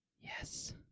Yes